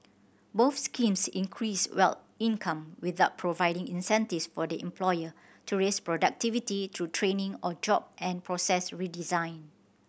both schemes increased well income without providing incentives for the employer to raise productivity through training or job and process redesign